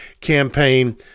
campaign